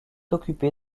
occupé